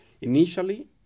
Initially